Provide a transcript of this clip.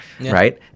right